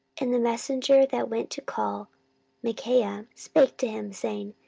and the messenger that went to call micaiah spake to him, saying,